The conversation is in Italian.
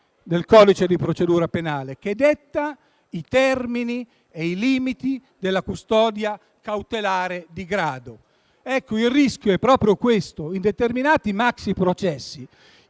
del codice di procedura penale, che detta i termini e i limiti della custodia cautelare di grado. Il rischio è proprio che in determinati maxiprocessi